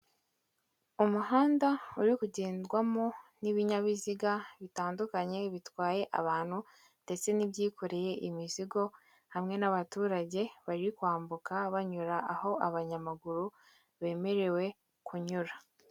Umuhanda uri kugendwamo n'ibinyabiziga bitandukanye bitwaye abantu ndetse n'ibyikoreye imizigo, hamwe n'abaturage bari kwambuka, banyura aho abanyamaguru bemerewe kunyura.